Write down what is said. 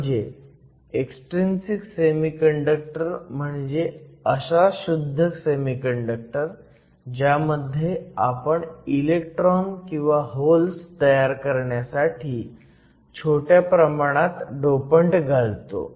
म्हणजे extrinsic semiconductor म्हणजे असा शुद्ध सेमीकंडक्टर ज्यामध्ये आपण इलेक्ट्रॉन किंवा होल्स तयार करण्यासाठी छोट्या प्रमाणात डोपंट घालतो